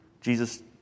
Jesus